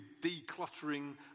decluttering